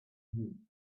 you